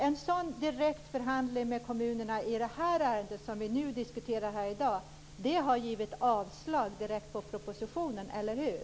En sådan direkt förhandling med kommunerna i det ärende som vi nu diskuterar har fått avslag direkt i propositionen, eller hur?